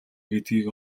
гэдгийг